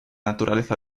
naturaleza